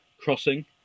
Crossing